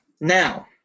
Now